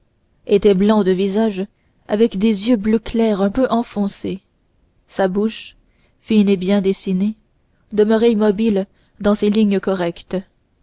était blanc de visage avec des yeux bleu clair un peu enfoncés sa bouche fine et bien dessinée demeurait immobile dans ses lignes correctes